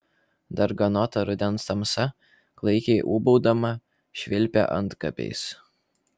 darganota rudens tamsa klaikiai ūbaudama švilpia antkapiais